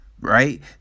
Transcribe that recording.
Right